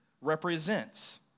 represents